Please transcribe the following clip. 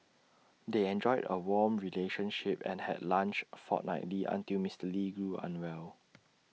they enjoyed A warm relationship and had lunch fortnightly until Mister lee grew unwell